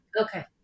okay